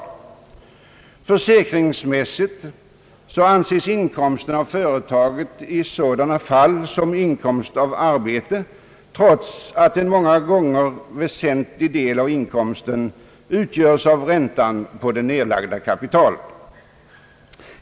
Försäkringsmässigt anses inkomsten av företaget i sådana fall som inkomst av arbete, trots att en många gånger väsentlig del av inkomsten utgöres av räntan på det nedlagda kapitalet.